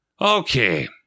Okay